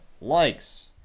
likes